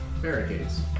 barricades